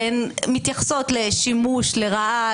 והן מתייחסות לשימוש לרעה,